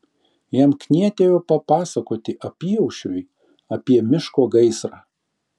jam knietėjo papasakoti apyaušriui apie miško gaisrą